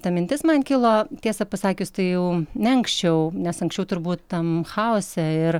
ta mintis man kilo tiesą pasakius tai jau ne anksčiau nes anksčiau turbūt tam chaose ir